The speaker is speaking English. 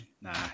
Nah